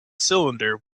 cylinder